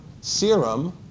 serum